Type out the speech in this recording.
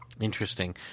Interesting